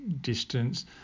distance